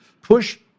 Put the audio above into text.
push